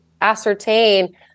ascertain